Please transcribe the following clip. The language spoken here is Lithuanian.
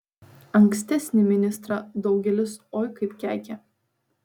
ankstesnį ministrą daugelis oi kaip keikė